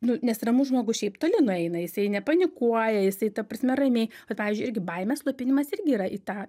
nu nes ramus žmogus šiaip toli nueina jisai nepanikuoja jisai ta prasme ramiai pavyzdžiui irgi baimės slopinimas irgi yra į tą